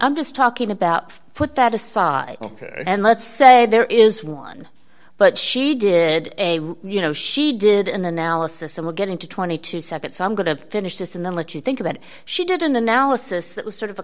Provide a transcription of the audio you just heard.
i'm just talking about put that aside ok and let's say there is one but she did a you know she did an analysis and we're getting to twenty two separate so i'm going to finish this and then let you think about it she did an analysis that was sort of a